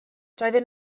doedden